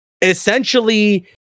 essentially